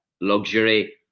luxury